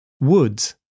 Woods